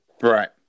Right